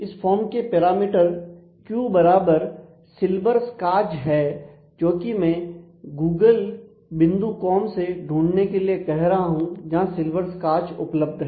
इस फॉर्म के parameter q बराबर silberschatz है जोकि मैं googlecom से ढूंढने के लिए कह रहा हूं जहां silberschatz उपलब्ध है